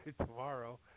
tomorrow